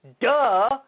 Duh